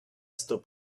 still